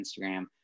Instagram